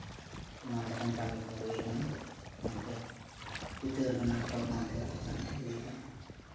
ᱮᱢᱟᱱ ᱞᱮᱠᱟᱱ ᱠᱟᱹᱢᱤ ᱠᱚ ᱦᱩᱭ ᱠᱟᱱᱟ ᱥᱟᱶᱛᱮ ᱪᱤᱛᱟᱹᱨ ᱵᱮᱱᱟᱣ ᱠᱚ ᱮᱢᱟᱱ ᱛᱮᱭᱟᱜ ᱠᱟᱹᱢᱤ ᱠᱚ ᱦᱩᱭ ᱠᱟᱱᱟ